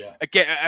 again